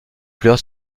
pleure